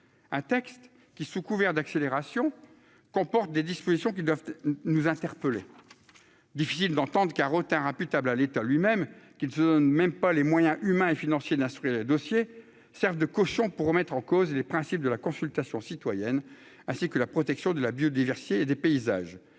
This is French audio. un texte qui, sous couvert d'accélération comporte des dispositions qui doivent nous interpeller, difficile d'entente retards imputables à l'État lui-même qu'il se donne même pas les moyens humains et financiers d'instruire le dossier serve de cochon pour remettre en cause les principes de la consultation citoyenne, ainsi que la protection de la biodiversité et des paysages,